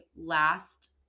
last